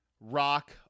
rock